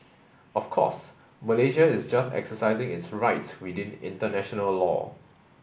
of course Malaysia is just exercising its rights within international law